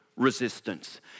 Resistance